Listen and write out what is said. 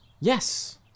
Yes